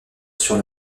sur